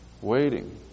Waiting